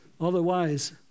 Otherwise